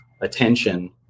attention